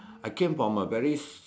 I came from a very